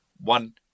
One